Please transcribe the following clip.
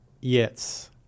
Yes